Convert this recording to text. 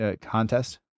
Contest